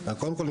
קודם כול,